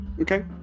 Okay